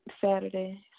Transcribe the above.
Saturday